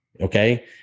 Okay